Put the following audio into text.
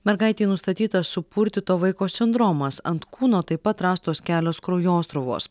mergaitei nustatytas supurtyto vaiko sindromas ant kūno taip pat rastos kelios kraujosruvos